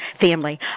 family